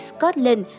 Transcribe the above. Scotland